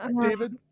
David